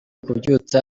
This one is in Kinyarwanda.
kubyutsa